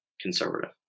conservative